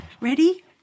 Ready